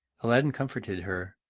aladdin comforted her,